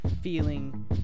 feeling